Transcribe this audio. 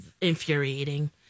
infuriating